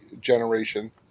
generation